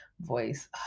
voice